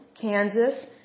Kansas